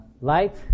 light